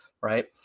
right